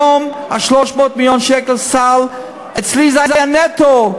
היום, 300 מיליון השקל סל, אצלי זה היה נטו.